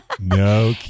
No